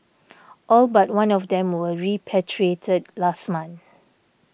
all but one of them were repatriated last month